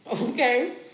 Okay